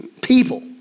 people